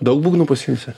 daug būgnų pasiimsi